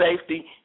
safety